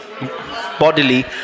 bodily